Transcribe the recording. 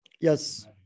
Yes